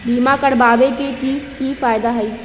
बीमा करबाबे के कि कि फायदा हई?